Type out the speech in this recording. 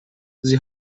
sie